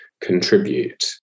contribute